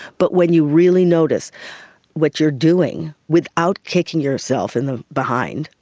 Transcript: but when you really notice what you're doing, without kicking yourself in the behind,